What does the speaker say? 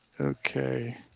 Okay